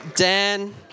Dan